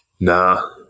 Nah